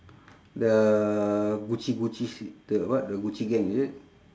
the gucci gucci shit the what the gucci gang is it